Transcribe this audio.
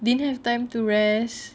this is time to rest